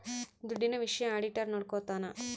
ದುಡ್ಡಿನ ವಿಷಯ ಆಡಿಟರ್ ನೋಡ್ಕೊತನ